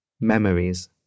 memories